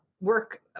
work